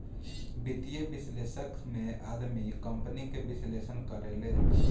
वित्तीय विश्लेषक में आदमी कंपनी के विश्लेषण करेले